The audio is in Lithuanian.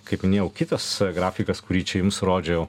kaip minėjau kitas grafikas kurį čia jums rodžiau